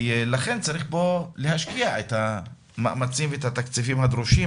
לכן צריך להשקיע פה את המאמצים והתקציבים הדרושים,